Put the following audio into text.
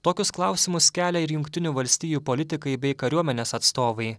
tokius klausimus kelia ir jungtinių valstijų politikai bei kariuomenės atstovai